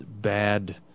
bad